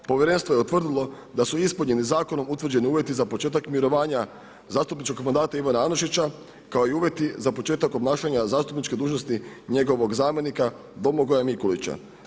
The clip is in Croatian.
Povjerenstvo je utvrdilo da su ispunjeni zakonom utvrđeni uvjeti za početak mirovanja zastupničkog mandata Ivana Anušića kao i uvjeti za početak obnašanja zastupničke dužnosti njegovog zamjenika Domagoja Mikulića.